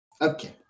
okay